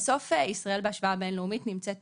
בסוף ישראל בהשוואה בין לאומית נמצאת